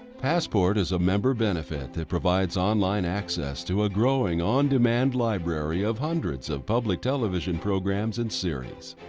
passport is a member benefit that provides online access to a growing on-demand library of hundreds of public television programs and series.